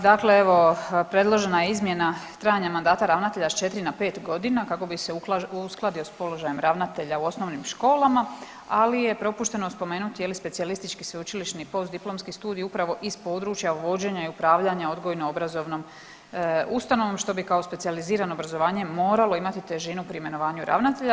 Dakle, evo predložena je izmjena trajanja mandata ravnatelja s 4 na 5 godina kako bi se uskladio s položajem ravnatelja u osnovnim školama, ali je propušteno spomenuti je li specijalistički sveučilišni i postdiplomski studij upravo iz područja vođenja i upravljanja odgojno obrazovnom ustanovom što bi kao specijalizirano obrazovanje moralo imati težinu pri imenovanju ravnatelja.